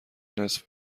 نصف